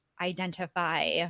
identify